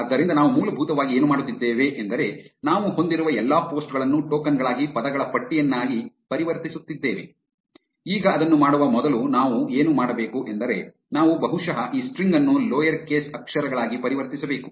ಆದ್ದರಿಂದ ನಾವು ಮೂಲಭೂತವಾಗಿ ಏನು ಮಾಡುತ್ತಿದ್ದೇವೆ ಎಂದರೆ ನಾವು ಹೊಂದಿರುವ ಎಲ್ಲಾ ಪೋಸ್ಟ್ ಗಳನ್ನು ಟೋಕನ್ ಗಳಾಗಿ ಪದಗಳ ಪಟ್ಟಿಯನ್ನಾಗಿ ಪರಿವರ್ತಿಸುತ್ತಿದ್ದೇವೆ ಈಗ ಅದನ್ನು ಮಾಡುವ ಮೊದಲು ನಾವು ಏನು ಮಾಡಬೇಕು ಎಂದರೆ ನಾವು ಬಹುಶಃ ಈ ಸ್ಟ್ರಿಂಗ್ ಅನ್ನು ಲೋವರ್ ಕೇಸ್ ಅಕ್ಷರಗಳಾಗಿ ಪರಿವರ್ತಿಸಬೇಕು